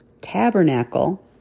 tabernacle